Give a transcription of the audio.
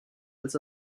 als